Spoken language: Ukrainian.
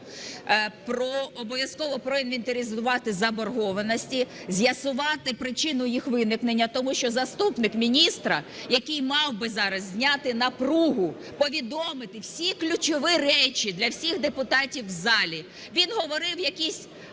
Обов'язково проінвентаризувати заборгованості, з'ясувати причину їх виникнення, тому що заступник міністра, який мав би зараз зняти напругу, повідомити всі ключові речі для всіх депутатів у залі, він говорив,